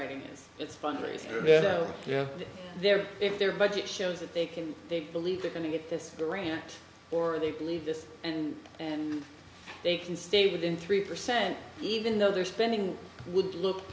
writing it's fundraising it out there if their budget shows that they can they believe they're going to get this rant or they believe this and they can stay within three percent even though they're spending would look